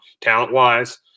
talent-wise